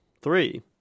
three